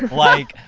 like,